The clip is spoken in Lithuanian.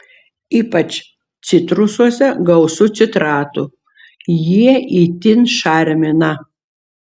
ypač citrusuose gausu citratų jie itin šarmina